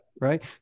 Right